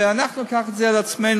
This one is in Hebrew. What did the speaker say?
ואנחנו ניקח את זה על עצמנו,